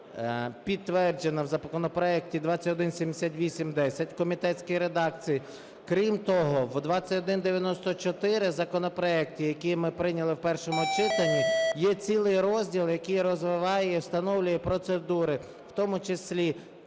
підтверджена в законопроекті 2178-10 в комітетській редакції. Крім того, в 2194 в законопроекті, який ми прийняли в першому читанні, є цілий розділ, який розвиває і встановлює процедури, в тому числі,